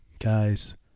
Guys